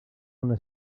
una